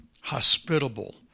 hospitable